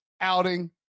outing